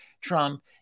Trump